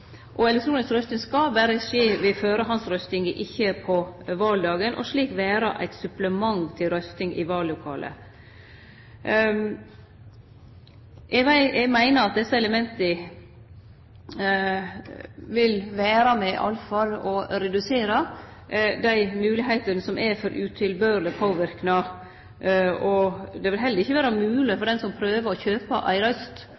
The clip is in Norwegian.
Elektronisk røysting skal berre skje ved førehandsrøysting, ikkje på valdagen, og slik vere eit supplement til røysting i vallokalet. Eg meiner at desse elementa i alle fall vil vere med på å redusere dei moglegheitene som er for utilbørleg påverknad, og det vil heller ikkje vere mogleg for dei som prøver å kjøpe ei